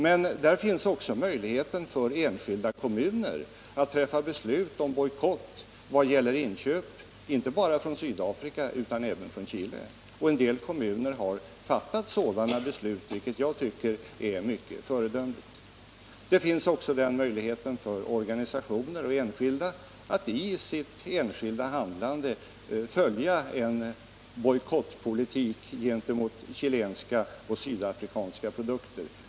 Men det finns också möjlighet för enskilda kommuner att fatta beslut om bojkott vad gäller inköp, inte bara från Sydafrika utan även från Chile. En del kommuner har fattat sådana beslut, vilket jag tycker är mycket föredömligt. Det finns även möjlighet för organisationer och enskilda att i sitt enskilda handlande följa en bojkottpolitik gentemot chilenska och sydafrikanska produkter.